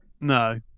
No